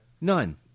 None